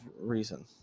reason